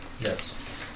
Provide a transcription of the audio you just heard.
Yes